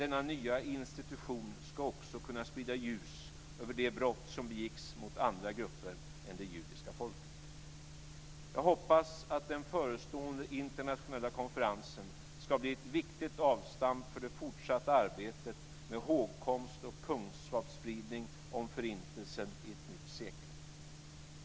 Denna nya institution ska också kunna sprida ljus över de brott som begicks mot andra grupper än det judiska folket. Jag hoppas att den förestående internationella konferensen ska bli ett viktigt avstamp för det fortsatta arbetet med hågkomst och kunskapsspridning om Förintelsen i ett nytt sekel.